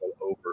over